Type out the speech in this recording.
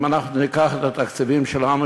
אם אנחנו ניקח את התקציבים שלנו,